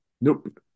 Nope